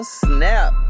snap